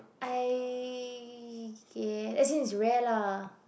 I y~ as in it's rare lah